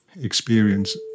experience